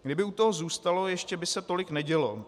Kdyby u toho zůstalo, ještě by se tolik nedělo.